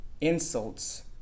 insults